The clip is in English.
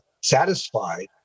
satisfied